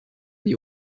die